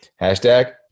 Hashtag